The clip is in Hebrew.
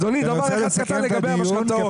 אדוני, רק דבר אחד קטן לגבי המשכנתאות.